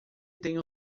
tem